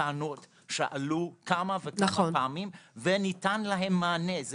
כיוון שעלו כאן טענות והן עלו כמה וכמה פעמים וניתן להן מענה.